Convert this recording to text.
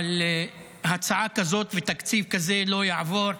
אבל הצעה כזאת ותקציב כזה לא יעברו,